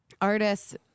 artists